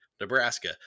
Nebraska